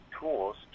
tools